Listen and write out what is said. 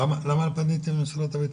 למה לא פניתם למשרד הבטחון?